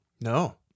No